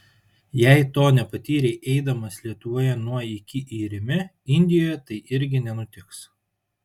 jei to nepatyrei eidamas lietuvoje nuo iki į rimi indijoje tai irgi nenutiks